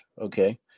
okay